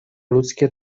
ludzkie